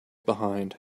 behind